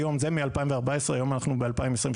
היום אנחנו ב-2023,